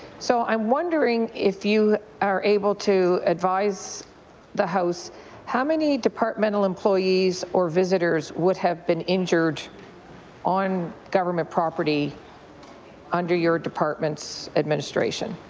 so i am wondering if you are able to advise the house how many departmental employees or visitors would have been injured on government property under your department's administration?